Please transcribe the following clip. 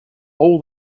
all